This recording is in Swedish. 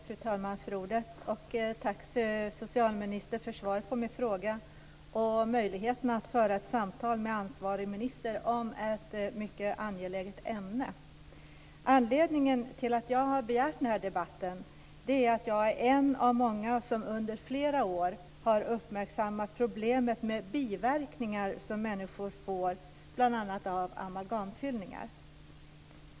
Fru talman! Jag tackar socialministern för svaret på min interpellation och möjligheten att föra ett samtal med ansvarig minister om ett mycket angeläget ämne. Anledningen till att jag har begärt denna debatt är att jag är en av många som under flera år har uppmärksammat problemet med biverkningar som människor får bl.a. av amalgamfyllningar.